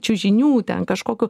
čiužinių ten kažkokio